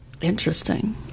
Interesting